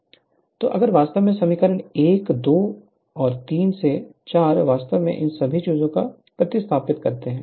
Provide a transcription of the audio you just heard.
तो अगर वास्तव में समीकरण 1 2 और 3 से 4 वास्तव में इन सभी चीजों को प्रतिस्थापित करते हैं